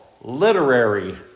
literary